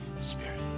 Spirit